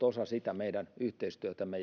osa sitä meidän yhteistyötämme